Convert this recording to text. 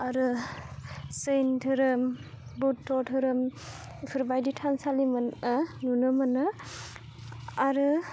आरो जेइन धोरोम बुद्ध धोरोम बेफोर बायदि थानसालि मोन नुनो मोनो आरो